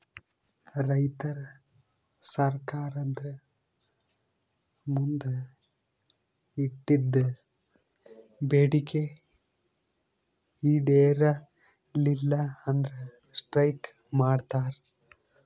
ರೈತರ್ ಸರ್ಕಾರ್ದ್ ಮುಂದ್ ಇಟ್ಟಿದ್ದ್ ಬೇಡಿಕೆ ಈಡೇರಲಿಲ್ಲ ಅಂದ್ರ ಸ್ಟ್ರೈಕ್ ಮಾಡ್ತಾರ್